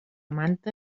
manta